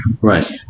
Right